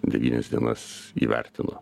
devynias dienas jį vertino